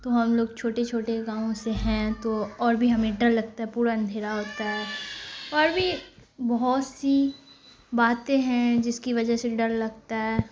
تو ہم لوگ چھوٹے چھوٹے گاؤں سے ہیں تو اور بھی ہمیں ڈر لگتا ہے پورا اندھیرا ہوتا ہے اور بھی بہت سی باتیں ہیں جس کی وجہ سے ڈر لگتا ہے